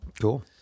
Cool